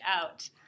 out